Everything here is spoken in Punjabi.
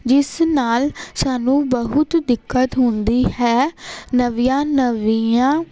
ਜਿਸ ਨਾਲ਼ ਸਾਨੂੰ ਬਹੁਤ ਦਿੱਕਤ ਹੁੰਦੀ ਹੈ ਨਵੀਆਂ ਨਵੀਆਂ